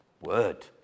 word